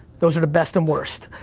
those are the best and worst.